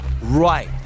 right